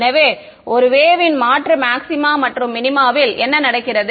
எனவே ஒரு வேவ் ன் மாற்று மாக்சிமா மற்றும் மினிமாவில் என்ன நடக்கிறது